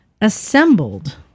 Assembled